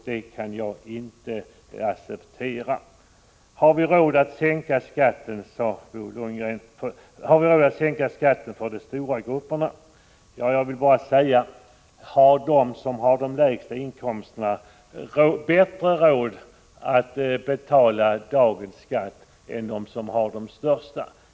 Det kan jag inte acceptera. Har vi råd att sänka skatten för de största grupperna? frågade Bo Lundgren. Jag vill ställa en motfråga: Har de som har de lägsta inkomsterna bättre råd att betala dagens skatt än de som har de högsta?